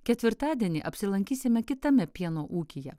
ketvirtadienį apsilankysime kitame pieno ūkyje